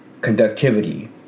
Conductivity